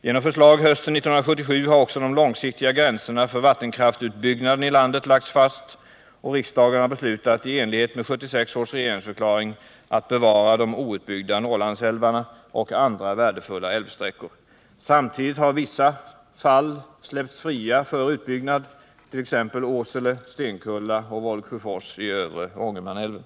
Genom förslag hösten 1977: har också de långsiktiga gränserna för vattenkraftsutbyggnaden i landet lagts fast, och riksdagen har beslutat att i enlighet med 1976 års regeringsförklaring bevara de outnyttjade Norrlandsälvarna och andra värdefulla älvsträckor. Samtidigt har vissa fall släppts fria för utbyggnad, t.ex. Åsele, Stenkulla och Volgsjöfors i övre Ångermanälven.